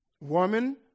woman